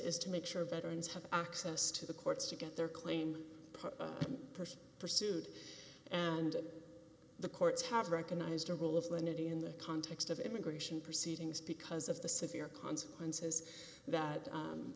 is to make sure veterans have access to the courts to get their claim pursued and the courts have recognized the role of the nitty in the context of immigration proceedings because of the severe consequences that